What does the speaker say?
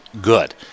good